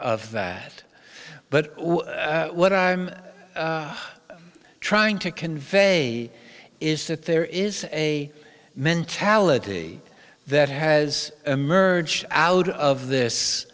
of that but what i'm trying to convey is that there is a mentality that has emerged out of this